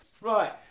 Right